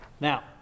Now